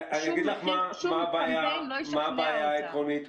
ושום קמפיין לא ישכנע אותם.